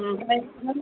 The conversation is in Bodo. ओमफ्राय